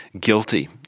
guilty